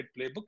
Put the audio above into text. playbook